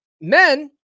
Men